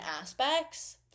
aspects